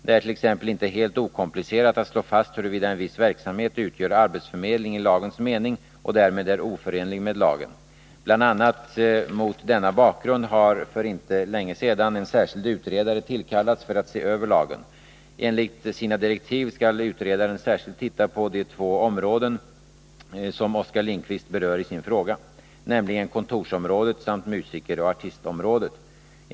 Det är t.ex. inte helt okomplicerat att slå fast huruvida en viss verksamhet utgör arbetsförmedling i lagens mening och därmed är oförenlig med lagen. Bl. a. mot denna bakgrund har för inte länge sedan en särskild utredare tillkallats för att se över lagen. Enligt sina direktiv skall utredaren särskilt titta på de två områden som Oskar Lindkvist berör i sin fråga, nämligen kontorsområdet samt musikeroch artistområdet.